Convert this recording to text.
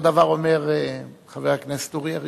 אותו דבר אומר חבר הכנסת אורי אריאל.